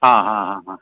हां हां हां हां